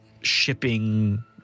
shipping